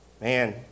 Man